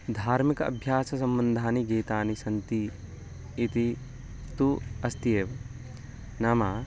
धार्मिकः अभ्यास सम्बन्धानि गीतानि सन्ति इति तु अस्ति एव नाम